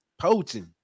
poaching